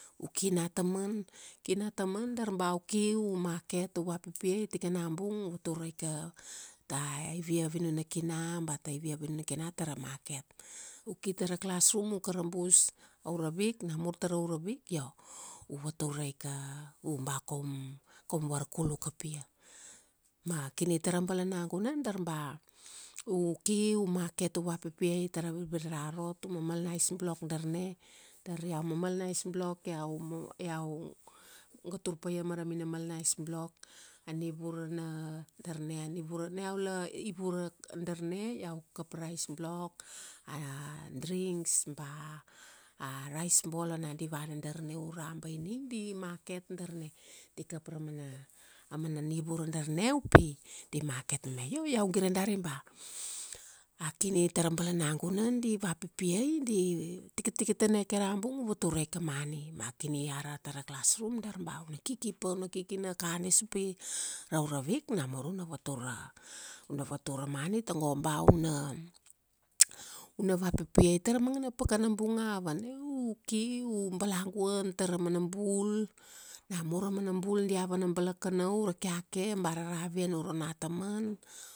U ki nataman, ki nataman dar ba u ki, u market, u vapipia. Tikana bung u vatur raika, ta ivia vinun na kina ba taivia vinun na kina tara market. U ki tara classroom u kara bus, aura week, namur taraura week io, u vatur raika, u ba koum, koum varkul u kaia. Ma kini tara balangunandar ba, u ki, u market u vapipia tara virviri ra rot. U mamal na ice-block darna, dar iau mamal na ice-block iau, mama, iau ga tur paia mara minamal na ice-block, a nivuara na, darna a nivura na. Darna a nivura, na iau la, ivuara darna, iau kap ra ice-block, a drinks rice ball ona di vana darna ura baining, di market darna. Di kap ra mana, a mana nivura darna upi, di market me. Io iau gire dari ba, a kini tara balanagun di vapipiai, di tikatika tana ke ra bung u vatur raika man. Ma kini ara tara classroom dar ba una kiki pa, una kiki na kadis upi, raura week namur una vatur ra, una vatur ramani tago ba una, una vapipiai tara mangana pakana bung ava? Na u ki u balaguan tara mana bul, namur a mana bul dia vana balakanau ra keake, ba ra ravian uro nataman,